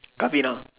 puff it on